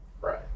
right